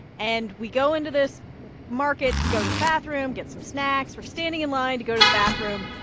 and we go into this market to go to the bathroom, get some snacks. we're standing in line to go to the bathroom.